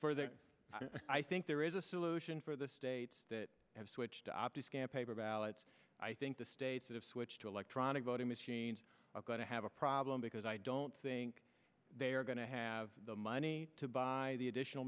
i i think there is a solution for the states that have switched to optus campaign ballots i think the states that have switched to electronic voting machines are going to have a problem because i don't think they are going to have the money to buy the additional